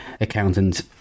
accountant